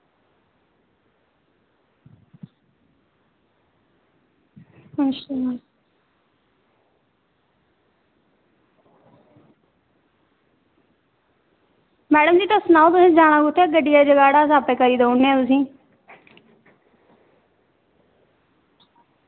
अच्छा मैड़म जी तुस सनाओ तुसें जाना कुत्थें गड्डियां बगैरा अस आपें करी देई ओड़नेआं तुसेंगी